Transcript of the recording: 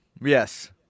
yes